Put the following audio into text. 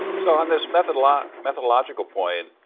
so on this methodological methodological point,